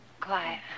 Quiet